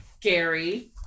Gary